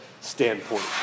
standpoint